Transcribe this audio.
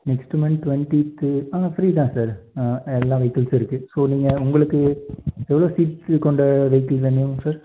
next month twenty three தான் sir எல்லா வைக்கில்ஷும் இருக்குது ஸோ நீங்கள் உங்களுக்கு எவ்வளோ சீட்ஸ் கொண்ட வைக்கில் வேணுங்க சார்